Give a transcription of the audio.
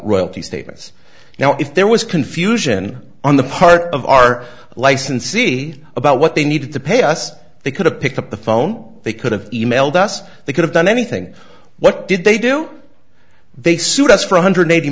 royalty statements now if there was confusion on the part of our licensee about what they needed to pay us they could have picked up the phone they could have emailed us they could have done anything what did they do they sued us for one hundred eighty